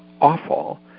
awful